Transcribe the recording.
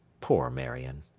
poor marion!